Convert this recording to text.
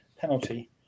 penalty